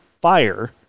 Fire